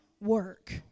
work